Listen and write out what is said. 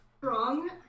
strong